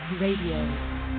Radio